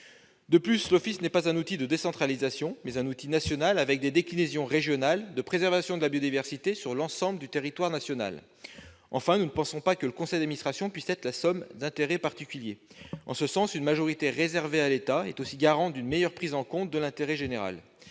ailleurs, l'office est non pas un outil de décentralisation, mais un outil national avec des déclinaisons régionales, destiné à assurer la préservation de la biodiversité sur l'ensemble du territoire national. Enfin, nous ne pensons pas que le conseil d'administration puisse être la somme des représentants d'intérêts particuliers. En ce sens, réserver une majorité réservée à l'État garantit aussi une meilleure prise en compte de l'intérêt général.